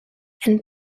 and